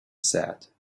said